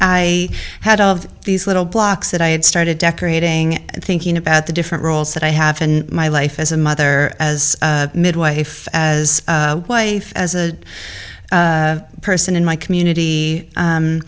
i had all of these little blocks that i had started decorating thinking about the different roles that i have in my life as a mother as a midwife as wife as a person in my community